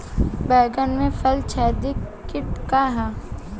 बैंगन में फल छेदक किट का ह?